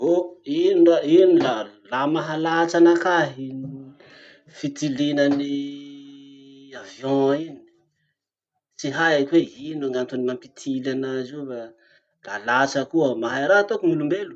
Oh, ino ra, iny la la mahalatsa anakahy iny fitilinan'ny avion iny. Tsy haiko hoe ino gn'antony mampitily anazy io fa da latsa koa aho. Mahay raha ataoko gn'olombelo.